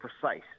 precise